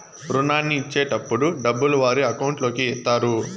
రుణాన్ని ఇచ్చేటటప్పుడు డబ్బులు వారి అకౌంట్ లోకి ఎత్తారు